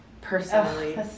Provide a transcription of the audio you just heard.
personally